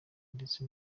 ndetse